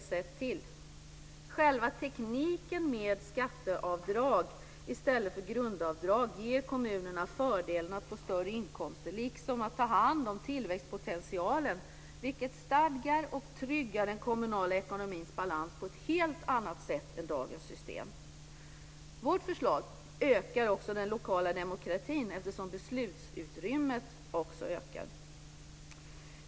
Själva tekniken med skatteavdrag i stället för grundavdrag ger kommunerna fördelen att få större inkomster liksom att få ta hand om tillväxtpotentialen, vilket stadgar och tryggar den kommunala ekonomins balans på ett helt annat sätt än dagen system. Vårt förslag ökar också den lokala demokratin eftersom beslutsutrymmet också ökar.